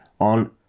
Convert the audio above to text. on